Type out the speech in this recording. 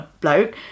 bloke